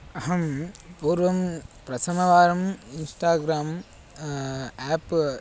अहं पूर्वं प्रथमवारम् इन्स्टाग्राम् आप्